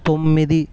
తొమ్మిది